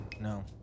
No